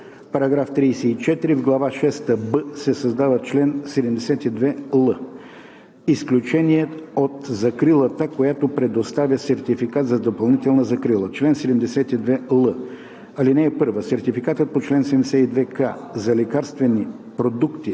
§ 34: „§ 34. В глава шеста „б“ се създава чл. 72л: „Изключения от закрилата, която предоставя сертификат за допълнителна закрила Чл. 72л. (1) Сертификатът по чл. 72к за лекарствени продукти